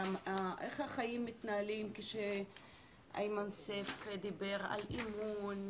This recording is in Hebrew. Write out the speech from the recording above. איך החיים מתנהלים כשאיימן סיף דיבר על אמון